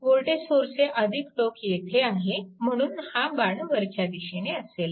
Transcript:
voltage सोर्सचे टोक येथे आहे म्हणून हा बाण वरच्या दिशेने असेल